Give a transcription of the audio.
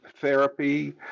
therapy